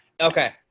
Okay